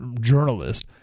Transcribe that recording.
journalist